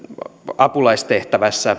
apulaistehtävän